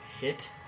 hit